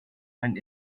and